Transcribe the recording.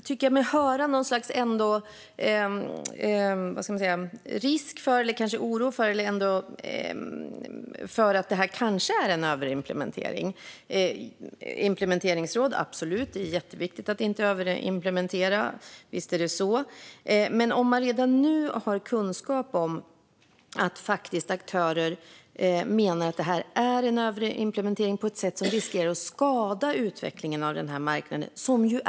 Fru talman! Jag tycker mig ändå höra en oro hos ledamoten för att det här kanske innebär en överimplementering. Vi kan absolut ha ett implementeringsråd. Det är jätteviktigt att inte överimplementera. Visst är det så. Men finns det inte anledning att backa om man redan nu har kunskap om att aktörer menar att detta innebär en överimplementering på ett sätt som riskerar att skada utvecklingen av marknaden?